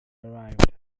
arrived